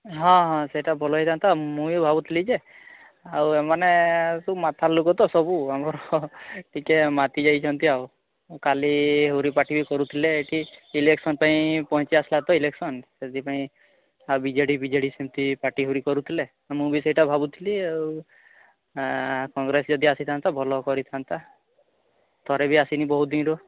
ହଁ ହଁ ସେଟା ଭଲ ହୋଇଥାନ୍ତା ମୁଁ ବି ଭାବୁଥିଲି ଯେ ଆଉ ଏମାନେ ସବୁ ମାତାଲ ଲୋକ ତ ସବୁ ଆମର ଟିକେ ମାତିଯାଇଛନ୍ତି ଆଉ କାଲି ହୁରି ପାଟି କରୁଥିଲେ ଏଠି ଇଲେକ୍ସନ ପାଇଁ ତା ଇଲେକ୍ସନ ସେଥିପାଇଁ ବିଜେଡ଼ି ବିଜେଡ଼ି ସେମିତି ପାଟି ହୁରି କରୁଥିଲେ ମୁଁ ବି ଭାବୁଥିଲି ଆଉ କଂଗ୍ରେସ ଯଦି ଅସିଥାନ୍ତା ଭଲ କରିଥାନ୍ତା ଥରେ ବି ଆସିନି ବହୁତ ଦିନରୁ